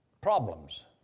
problems